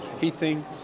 heating